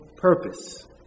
purpose